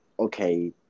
okay